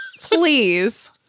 please